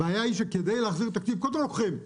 הבעיה שקודם כול לוקחים,